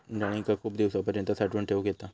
डाळींका खूप दिवसांपर्यंत साठवून ठेवक येता